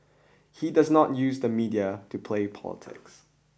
he does not use the media to play politics